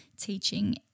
teaching